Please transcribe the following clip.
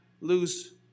lose